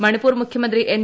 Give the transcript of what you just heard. മണിപ്പൂർ മുഖ്യമന്ത്രി എൻ